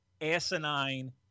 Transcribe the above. asinine